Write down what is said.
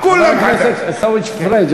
חבר הכנסת עיסאווי פריג',